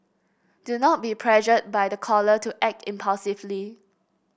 do not be pressured by the caller to act impulsively